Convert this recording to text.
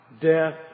Death